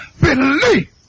believe